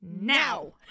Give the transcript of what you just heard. Now